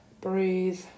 breathe